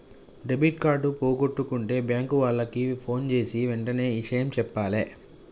debit card పోగొట్టుకుంటే bank వాళ్లకి ఫోన్జేసి వెంటనే ఇషయం జెప్పాలే